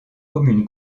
communes